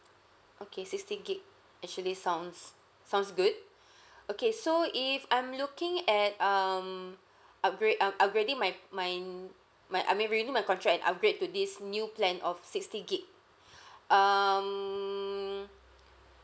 okay sixty gigabyte actually sounds sounds good okay so if I'm looking at um upgrade um upgrading my mine my I mean renewing my contract and upgrade to this new plan of sixty gigabyte um